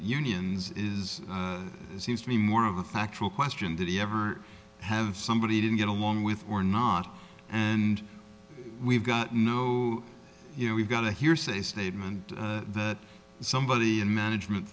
unions is seems to me more of a factual question did he ever have somebody didn't get along with or not and we've got no you know we've got a hearsay statement that somebody in management